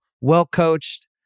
well-coached